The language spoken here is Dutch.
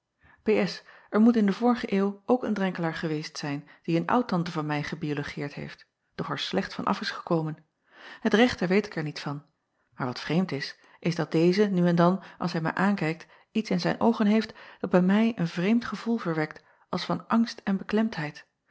r moet in de vorige eeuw ook een renkelaer geweest zijn die een oudtante van mij gebiologeerd heeft doch er slecht van af is gekomen et rechte weet ik er niet van maar wat vreemd is is dat deze nu en dan als hij mij aankijkt iets in zijn oogen heeft dat bij mij een vreemd gevoel verwekt als van angst en beklemdheid